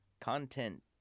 Content